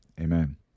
Amen